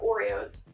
Oreos